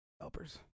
Helpers